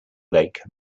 lake